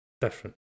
different